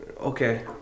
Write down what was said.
Okay